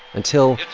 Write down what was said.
until.